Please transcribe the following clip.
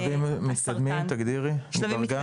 שלבים מתקדמים, תגדירי בבקשה.